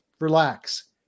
relax